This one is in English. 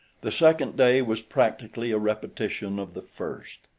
the second day was practically a repetition of the first.